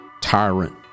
tyrant